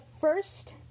first